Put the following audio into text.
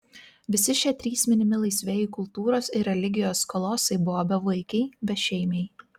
visi šie trys minimi laisvieji kultūros ir religijos kolosai buvo bevaikiai bešeimiai